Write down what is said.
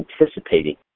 anticipating